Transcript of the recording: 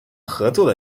合作